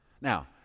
Now